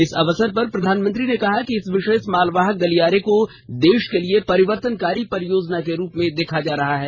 इस अवसर पर प्रधानमंत्री ने कहा कि इस विशेष मालवाहक गलियारे को देश के लिए परिवर्तनकारी परियोजना के रूप में देखा जा रहा है